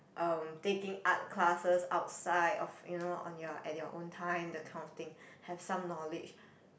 um taking art classes outside of you know on your at your own time that kind of thing have some knowledge